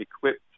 equipped